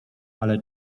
ale